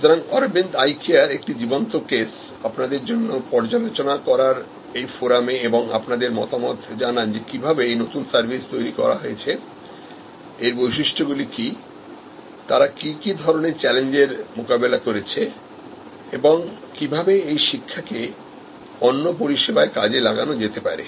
সুতরাং Aravind Eye Careএকটি জীবন্তকেস আপনাদের জন্য পর্যালোচনা করার এই ফোরামে এবং আপনাদের মতামত জানান যে কিভাবে এই নতুন সার্ভিস তৈরি করা হয়েছে এর বৈশিষ্ট্য গুলো কি তারা কি কি ধরনের চ্যালেঞ্জের মোকাবেলা করেছে এবং কিভাবে এই শিক্ষাকে অন্য পরিষেবায় কাজে লাগানো যেতে পারে